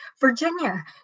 Virginia